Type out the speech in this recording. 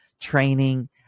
training